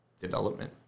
development